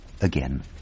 Again